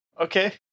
Okay